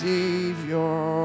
Savior